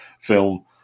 film